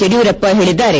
ಯಡಿಯೂರಪ್ಪ ಹೇಳಿದ್ದಾರೆ